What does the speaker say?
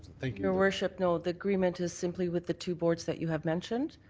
your worship, no. the agreement is simply with the two boards that you have mentioned.